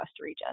region